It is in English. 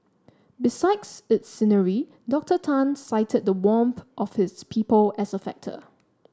besides its scenery Doctor Tan cited the warmth of its people as a factor